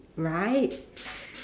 right